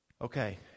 okay